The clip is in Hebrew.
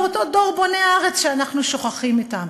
אותו דור בוני הארץ שאנחנו שוכחים אותם,